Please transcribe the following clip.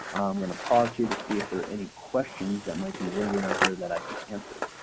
i'm going to pause here to see if there are any questions that might be lingering out there that i could answer.